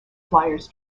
flyers